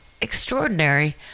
extraordinary